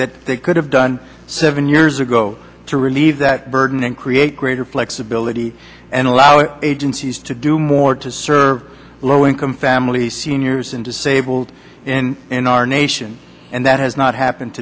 that they could have done seven years ago to relieve that burden and create greater flexibility and allowing agencies to do more to serve low income families seniors and disabled and in our nation and that has not happened